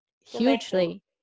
hugely